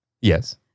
Yes